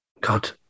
God